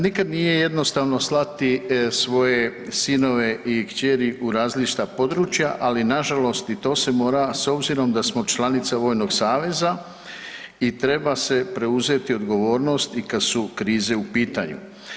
Nikad nije jednostavno slati svoje sinove i kćeri u različita područja, ali nažalost i to se mora s obzirom da smo članica Vojnog saveza i treba se preuzeti odgovornosti kada su krize u pitanju.